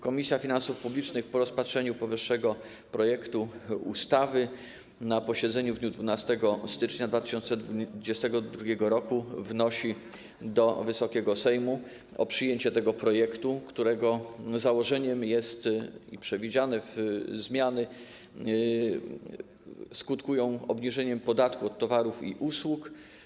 Komisja Finansów Publicznych po rozpatrzeniu powyższego projektu ustawy na posiedzeniu w dniu 12 stycznia 2022 r. wnosi do Wysokiego Sejmu o przyjęcie tego projektu, którego założeniem jest - i przewidziane zmiany tym skutkują - obniżenie podatku od towarów i usług.